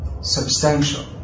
substantial